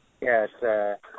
Yes